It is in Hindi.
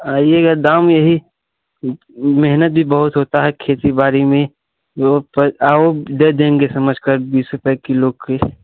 आइएगा दाम यही मेहनत भी बहुत होती है खेती बाड़ी में वह पर आओ दे देंगे समझ कर बीस रुपया किलो के